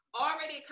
already